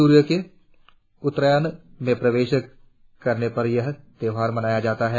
सूर्य के उत्तरायण में प्रवेश करने पर यह त्योहार मनाया जाता है